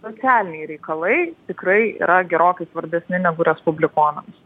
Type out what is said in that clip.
socialiniai reikalai tikrai yra gerokai svarbesni negu respublikonams